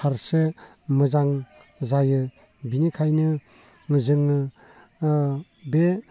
फारसे मोजां जायो बिनिखायनो जोङो बे